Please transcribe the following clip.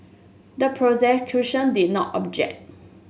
the prosecution did not object